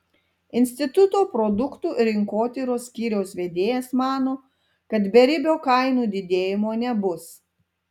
instituto produktų rinkotyros skyriaus vedėjas mano kad beribio kainų didėjimo nebus